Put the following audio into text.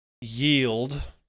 yield